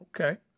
Okay